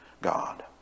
God